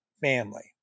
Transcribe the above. family